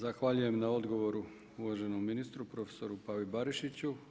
Zahvaljujem na odgovoru uvaženom ministru profesoru Pavi Barišiću.